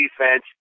defense